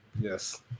yes